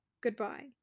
Goodbye